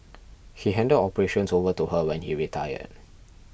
he handed operations over to her when he retired